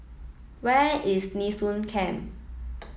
where is Nee Soon Camp